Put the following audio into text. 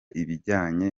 ibijyanye